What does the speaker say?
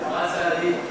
מה הצעדים?